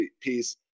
piece